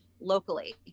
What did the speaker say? locally